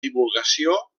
divulgació